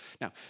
Now